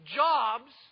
jobs